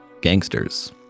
gangsters